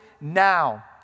now